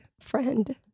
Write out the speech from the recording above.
friend